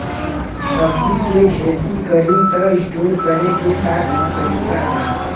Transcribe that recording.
सब्जी के खेती करी त स्टोर करे के का तरीका बा?